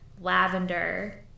Lavender